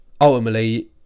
ultimately